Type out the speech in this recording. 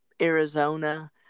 Arizona